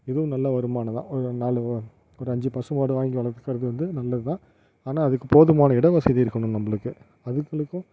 இதுவும் நல்ல வருமானம்தான் ஒரு நாலு ஒரு அஞ்சு பசுமாடு வாங்கி வளர்க்குறது வந்து நல்லதுதான் ஆனால் அதுக்குப் போதுமான இடவசதி இருக்கணும் நம்மளுக்கு அதுகளுக்கும்